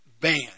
ban